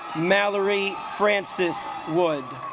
malory francis would